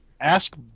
Ask